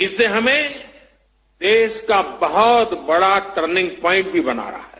इससे हमें देश का बहुत बड़ा टर्निंग प्वाइंट भी बनाना है